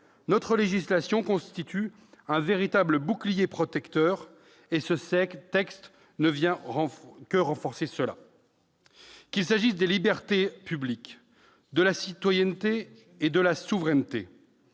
notre législation constitue un véritable bouclier protecteur, que ce texte ne vient que renforcer. Qu'il s'agisse des libertés publiques, de la sécurité et de la souveraineté,